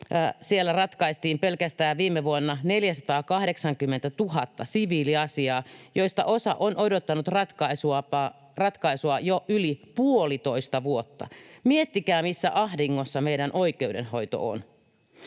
ratkaistiin pelkästään viime vuonna 480 000 siviiliasiaa, joista osa on odottanut ratkaisua jo yli puolitoista vuotta. Miettikää, missä ahdingossa meidän oikeudenhoito on.